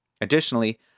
Additionally